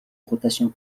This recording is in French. rotation